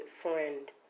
friend